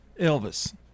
Elvis